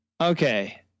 Okay